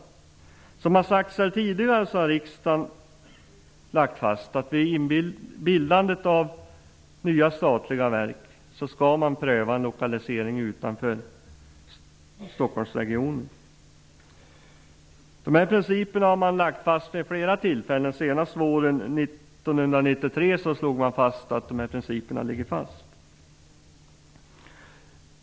Riksdagen har, som sagts tidigare, lagt fast att man vid bildandet av nya statliga verk skall pröva en lokalisering utanför Stockholmsregionen. Det har vid flera tillfällen, senast våren 1993, klargjorts att de principerna ligger fast.